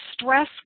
stress